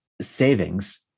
savings